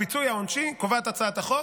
הפיצוי העונשי, קובעת הצעת החוק,